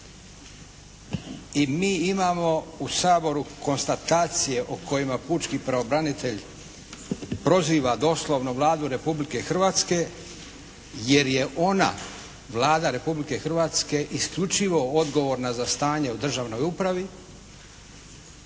I mi imamo u Saboru konstatacije o kojima pučki pravobranitelj proziva doslovnu Vladu Republike Hrvatske jer je ona, Vlada Republike Hrvatske, isključivo odgovorna za stanje u državnoj upravi,